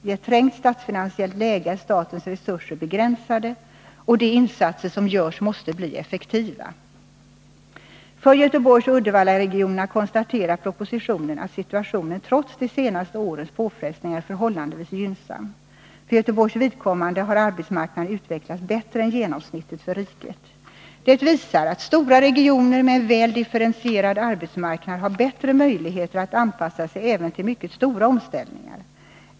I ett trängt statsfinansiellt läge är statens resurser begränsade, och de insatser som görs måste bli effektiva. För Göteborgsoch Uddevallaregionerna konstaterar propositionen att situationen trots de senaste årens påfrestningar är förhållandevis gynnsam. För Göteborgs vidkommande har arbetsmarknaden utvecklats bättre än genomsnittet för riket. Det visar att stora regioner med en väl differentierad arbetsmarknad har bättre möjligheter att anpassa sig även till mycket stora omställningar.